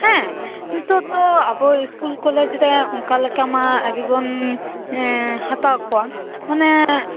ᱦᱮᱸᱻ ᱱᱤᱛᱳᱜ ᱛᱚ ᱟᱵᱚ ᱥᱠᱩᱞ ᱠᱚᱞᱮᱡᱽ ᱨᱮ ᱚᱱᱠᱟ ᱞᱮᱠᱟᱢᱟ ᱟᱣᱨᱤ ᱵᱚᱱ ᱮᱸᱻ ᱦᱟᱛᱟᱣ ᱠᱚᱣᱟ ᱱᱟᱮᱢᱻ